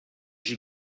she